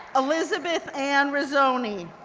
elizabeth anne rizzoni,